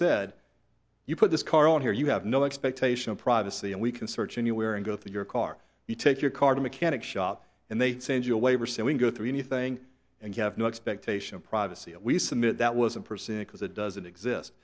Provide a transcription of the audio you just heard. said you put this car on here you have no expectation of privacy and we can search anywhere and go to your car you take your car to mechanic shop and they send you a waiver so we go through anything and you have no expectation of privacy and we submit that wasn't personal because it doesn't exist